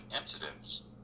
incidents